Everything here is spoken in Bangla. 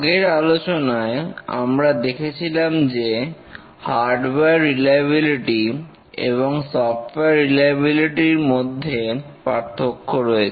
আগের আলোচনায় আমরা দেখেছিলাম যে হার্ডওয়ার রিলায়বিলিটি এবং সফটওয়্যার রিলায়বিলিটি র মধ্যে পার্থক্য রয়েছে